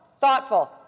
thoughtful